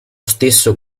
stesso